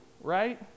right